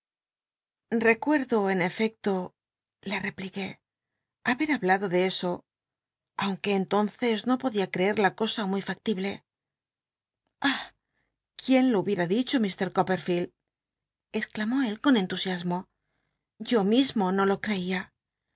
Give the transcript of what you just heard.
ilecuerdo en erecto le cpliqué haber hablado de eso aunr uc entonces no podía creer la cosa muy rnctible ah quién lo hubiera dicho mr coppcl'field exclamó él con entusiasmo yo mismo no lo ci'cia